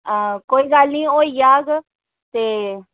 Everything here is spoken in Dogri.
हां कोई गल्ल नी होई जाह्ग ते